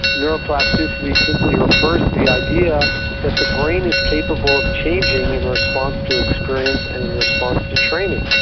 neuroplasticity simply refers to the idea that the brain is capable of changing in response to experience and in response to training.